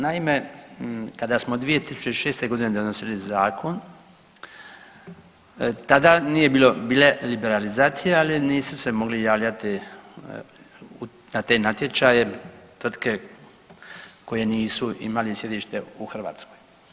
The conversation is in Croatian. Naime, kada smo 2006. godine donosili zakon tada nije bilo, bila je liberalizacija ali nisu se mogli javljati na te natječaje tvrtke koji nisu imali sjedište u Hrvatskoj.